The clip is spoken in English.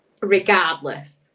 Regardless